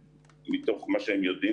מתוך מה שהן יודעות,